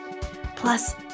Plus